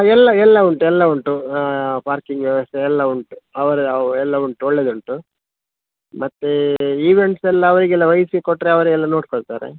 ಎಲ್ಲ ಎಲ್ಲ ಉಂಟು ಎಲ್ಲ ಉಂಟು ಪಾರ್ಕಿಂಗ್ ವ್ಯವಸ್ಥೆ ಎಲ್ಲ ಉಂಟು ಅವರೇ ಎಲ್ಲ ಉಂಟು ಒಳ್ಳೆಯದುಂಟು ಮತ್ತು ಈವೆಂಟ್ಸೆಲ್ಲ ಅವರಿಗೆಲ್ಲ ವಹಿಸಿ ಕೊಟ್ಟರೆ ಅವರೇ ಎಲ್ಲ ನೋಡಿಕೊಳ್ತಾರೆ